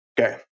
Okay